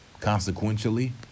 consequentially